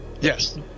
yes